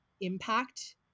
impact